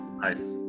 nice